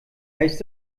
heißt